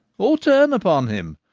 or turn upon him?